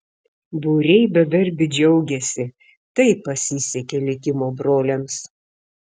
būriai bedarbių džiaugiasi tai pasisekė likimo broliams